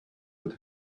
that